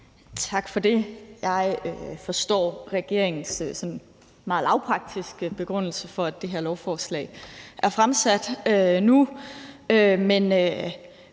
Tak for det. Jeg forstår regeringens sådan meget lavpraktiske begrundelse for, at det her lovforslag er fremsat nu,